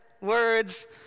words